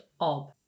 ob